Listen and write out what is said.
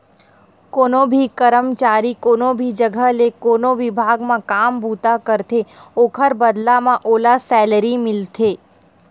कोनो भी करमचारी कोनो भी जघा ते कोनो बिभाग म काम बूता करथे ओखर बदला म ओला सैलरी मिलथे